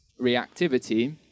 reactivity